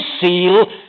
seal